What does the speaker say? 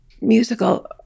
musical